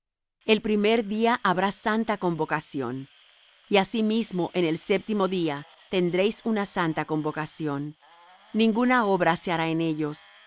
el primer día habrá santa convocación y asimismo en el séptimo día tendréis una santa convocación ninguna obra se hará en ellos